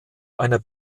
einer